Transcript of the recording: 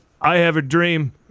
I-have-a-dream